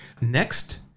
Next